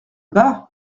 bah